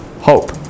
hope